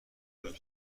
روز